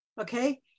Okay